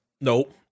Nope